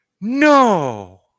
No